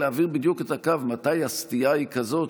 להעביר בדיוק את הקו מתי הסטייה היא כזו,